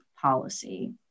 policy